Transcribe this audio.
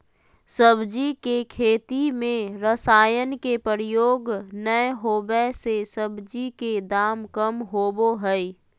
सब्जी के खेती में रसायन के प्रयोग नै होबै से सब्जी के दाम कम होबो हइ